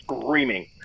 screaming